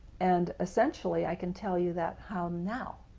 and essentially i can tell you that how now?